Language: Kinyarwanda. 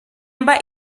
mba